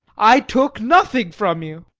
i took nothing from you.